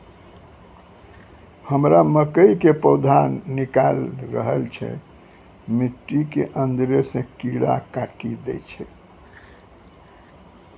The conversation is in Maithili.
हमरा मकई के पौधा निकैल रहल छै मिट्टी के अंदरे से कीड़ा काटी दै छै?